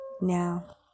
Now